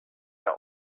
the